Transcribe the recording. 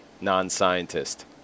non-scientist